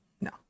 no